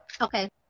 Okay